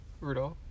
Rudolph